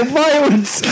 violence